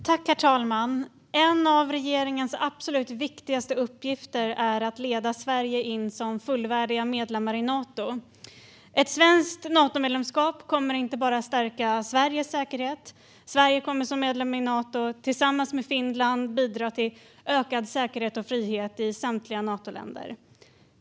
Herr talman! En av regeringens absolut viktigaste uppgifter är att leda Sverige till att bli fullvärdig medlem i Nato. Ett svenskt Natomedlemskap kommer inte bara att stärka Sveriges säkerhet, utan Sverige kommer som medlem i Nato tillsammans med Finland att bidra till ökad säkerhet och frihet i samtliga Natoländer.